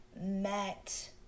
met